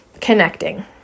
connecting